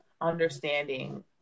understanding